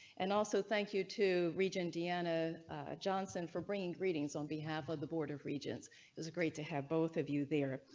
and also. thank you to region d n, a a johnson for bringing greetings on behalf of the board of regents is a great to have both of you there.